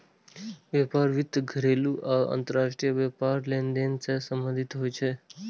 व्यापार वित्त घरेलू आ अंतरराष्ट्रीय व्यापार लेनदेन सं संबंधित होइ छै